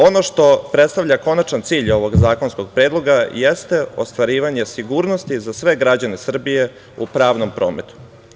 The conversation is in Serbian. Ono što predstavlja konačan cilj ovog zakonskog predloga jeste ostvarivanje sigurnosti za sve građane Srbije u pravnom prometu.